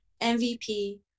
MVP